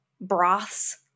broths